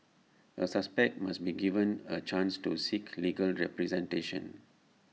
A suspect must be given A chance to seek legal representation